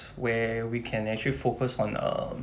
where we can actually focus on um